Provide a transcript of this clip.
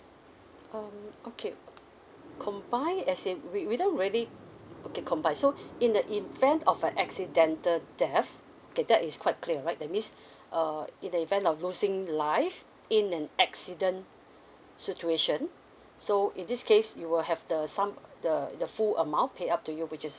um okay combine as in we we don't really okay combine so in the event of an accidental death okay that is quite clear right that means err in the event of losing life in an accident situation so in this case you will have the sum the the full amount pay up to you which is